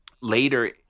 later